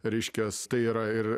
reiškias tai yra ir